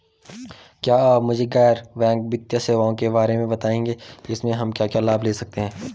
क्या आप मुझे गैर बैंक वित्तीय सेवाओं के बारे में बताएँगे इसमें हम क्या क्या लाभ ले सकते हैं?